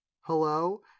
Hello